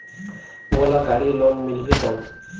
मोला गाड़ी लोन मिलही कौन?